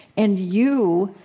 and you